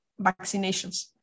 vaccinations